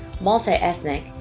multi-ethnic